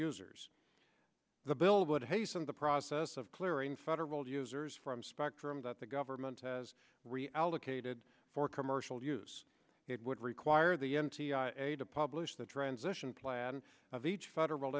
users the bill would hasten the process of clearing federal users from spectrum that the government has reallocated for commercial use it would require the n t i a to publish the transition plan of each federal